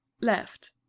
left